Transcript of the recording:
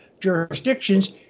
jurisdictions